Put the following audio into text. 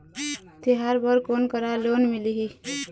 तिहार बर कोन करा लोन मिलही?